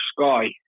sky